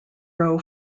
row